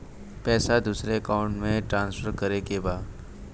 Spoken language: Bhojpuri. पैसा दूसरे अकाउंट में ट्रांसफर करें के बा?